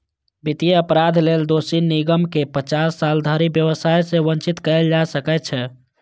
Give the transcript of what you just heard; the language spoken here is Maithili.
वित्तीय अपराध लेल दोषी निगम कें पचास साल धरि व्यवसाय सं वंचित कैल जा सकै छै